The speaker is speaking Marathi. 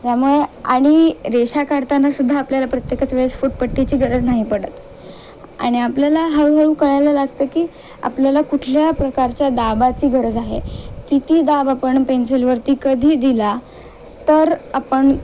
त्यामुळे आणि रेषा काढतानासुद्धा आपल्याला प्रत्येकाच वेळेस फुट पट्टीची गरज नाही पडत आणि आपल्याला हळूहळू करायला लागतं की आपल्याला कुठल्या प्रकारच्या दाबाची गरज आहे किती दाब आपण पेन्सिलवरती कधी दिला तर आपण